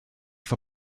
for